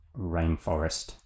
Rainforest